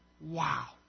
Wow